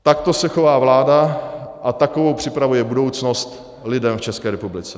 Takto se chová vláda a takovou připravuje budoucnost lidem v České republice.